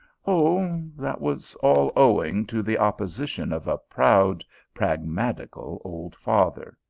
oh, that was all owing to the opposition of a proud pragmatical old father,